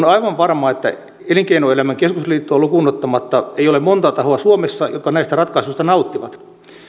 on aivan varma että elinkeinoelämän keskusliittoa lukuun ottamatta ei ole monta tahoa suomessa jotka näistä ratkaisuista nauttivat